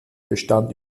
bestand